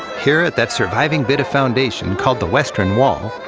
here, at that surviving bit of foundation, called the western wall,